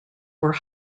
were